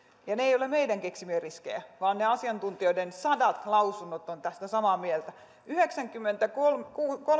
ja ne eivät ole meidän keksimiämme riskejä vaan ne asiantuntijoiden sadat lausunnot ovat tästä samaa mieltä yhdeksänkymmentäkolme